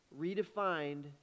redefined